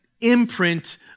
imprint